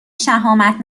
شهامت